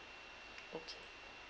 okay